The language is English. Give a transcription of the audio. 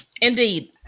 indeed